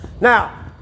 Now